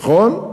נכון?